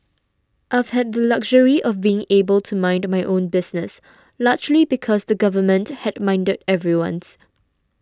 I've had the luxury of being able to mind my own business largely because the Government had minded everyone's